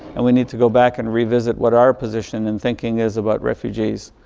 and we need to go back and revisit what our position and thinking is about refugees.